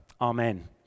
amen